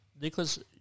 Nicholas